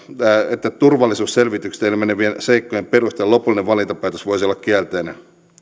että turvallisuusselvityksestä ilmenevien seikkojen perusteella lopullinen valintapäätös voisi olla kielteinen